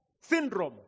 syndrome